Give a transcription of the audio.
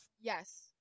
Yes